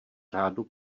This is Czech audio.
řádu